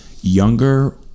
younger